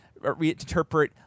reinterpret